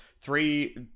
three